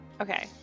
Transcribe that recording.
Okay